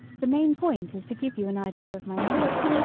the main point is to give you an idea of my meaning.